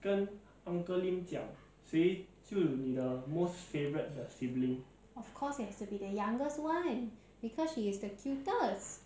of course it has to be the youngest [one] because she is the cutest